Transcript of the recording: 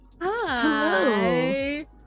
hi